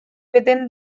within